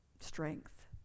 strength